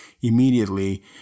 immediately